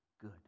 good